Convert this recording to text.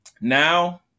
Now